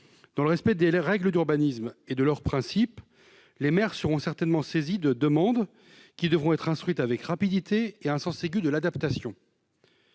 Dans le respect des règles de l'urbanisme et des principes qui les régissent, les maires seront certainement saisis de demandes qui devront être instruites avec rapidité et avec un sens aigu de l'adaptation.